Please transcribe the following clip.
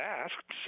asked